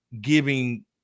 giving